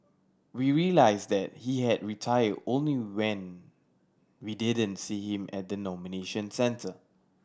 we realised that he had retired only when we didn't see him at the nomination centre